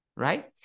Right